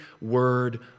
word